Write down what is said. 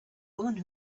woman